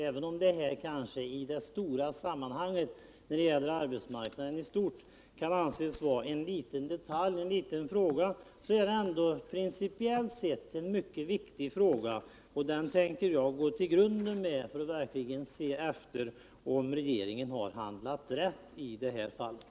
Även om det i det stora sammanhanget, när det gäller arbetsmarknaden i dess helhet, kan anses vara en liten fråga, är det principiellt sett en mycket viktig fråga, som jag tänker gå till grunden med för att se om regeringen i det här fallet handlat rätt.